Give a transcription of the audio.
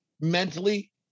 mentally